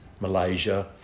Malaysia